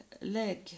leg